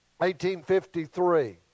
1853